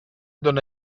dóna